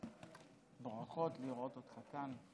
ברכות לראות אותך כאן.